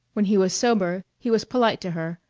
when he was sober he was polite to her,